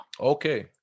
Okay